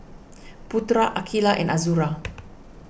Putra Aqilah and Azura